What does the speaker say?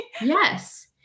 yes